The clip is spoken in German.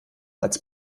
als